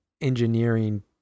engineering